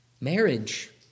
Marriage